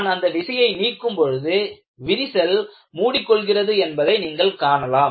நான் அந்த விசையை நீக்கும் பொழுது விரிசல் மூடிக்கொள்கிறது என்பதை நீங்கள் காணலாம்